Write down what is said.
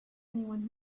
anyone